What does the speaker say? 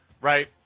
Right